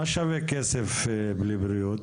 מה שווה כסף בלי בריאות?